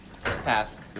Pass